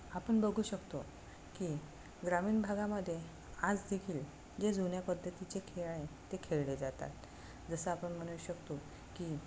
आपण बघू शकतो की ग्रामीण भागामध्ये आज देखील जे जुन्या पद्धतीचे खेळ आहे ते खेळले जातात जसं आपण म्हणू शकतो की